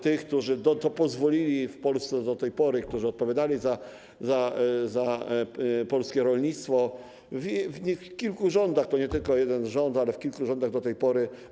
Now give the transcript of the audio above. tych, którzy na to pozwolili w Polsce do tej pory, którzy odpowiadali za polskie rolnictwo w kilku rządach, bo to nie tylko jeden rząd, ale kilka rządów do tej pory.